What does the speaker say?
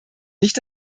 nicht